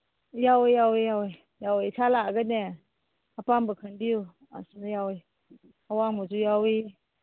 ꯌꯥꯎꯋꯦ ꯌꯥꯎꯋꯦ ꯌꯥꯎꯋꯦ ꯌꯥꯎꯋꯦ ꯏꯁꯥ ꯂꯥꯛꯑꯒꯅꯦ ꯑꯄꯥꯝꯕ ꯈꯟꯕꯤꯌꯨ ꯌꯥꯎꯋꯤ ꯑꯋꯥꯡꯕꯁꯨ ꯌꯥꯎꯋꯤ